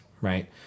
right